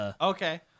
Okay